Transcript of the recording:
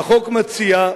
החוק מציע,